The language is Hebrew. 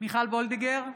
מיכל וולדיגר,